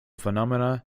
phenomena